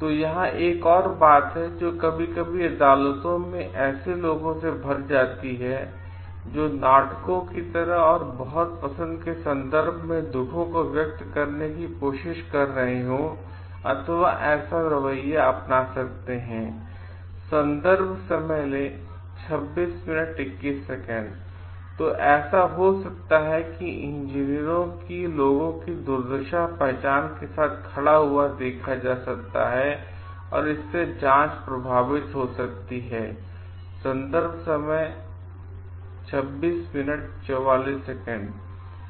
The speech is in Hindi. तो यहाँ एक और बात है जो कभी कभी अदालत में ऐसे लोगों से भर जाती है जो नाटकों की तरह और बहुत पसंद के संदर्भ में दुखों को व्यक्त करने की कोशिश कर रहे हों अथवा ऐसा रवैया अपना सकते हैं